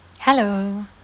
Hello